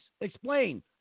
explain